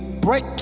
break